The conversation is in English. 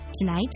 Tonight